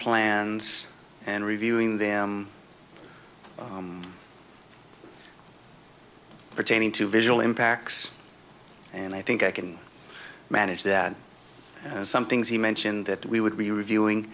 plans and reviewing them pertaining to visual impacts and i think i can manage that some things he mentioned that we would be reviewing